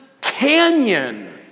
canyon